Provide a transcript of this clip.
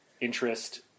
interest